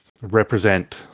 represent